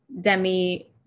Demi